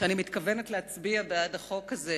שאני מתכוונת להצביע בעד החוק הזה,